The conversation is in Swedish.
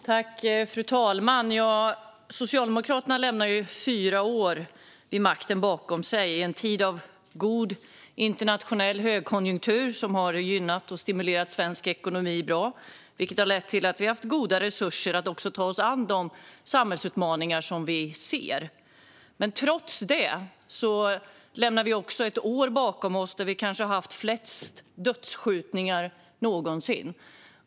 Fru talman! Socialdemokraterna lämnar fyra år vid makten bakom sig. Det har varit en tid av god internationell högkonjunktur som har gynnat och stimulerat svensk ekonomi bra, vilket har lett till att vi har haft goda resurser att ta oss an de samhällsutmaningar som vi ser. Trots det lämnar vi också bakom oss ett år med kanske flest dödsskjutningar någonsin.